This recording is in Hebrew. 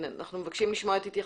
אנחנו מבקשים לשמוע את התייחסותך.